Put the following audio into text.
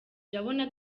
urabona